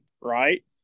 right